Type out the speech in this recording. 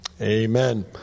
Amen